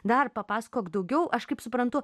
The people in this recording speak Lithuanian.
dar papasakok daugiau aš kaip suprantu